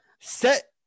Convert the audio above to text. set